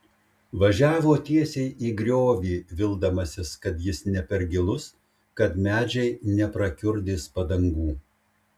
važiavo tiesiai į griovį vildamasis kad jis ne per gilus kad medžiai neprakiurdys padangų